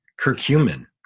curcumin